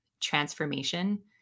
transformation